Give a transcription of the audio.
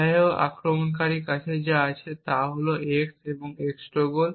যাইহোক আক্রমণকারীর কাছে যা আছে তা হল x এবং x